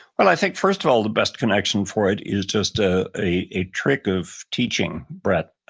well i think first of all the best connection for it is just ah a a trick of teaching, brett.